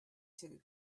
two